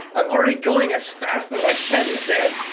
i'm already going as fast as i can here. there!